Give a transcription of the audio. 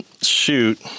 shoot